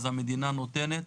אז המדינה נותנת,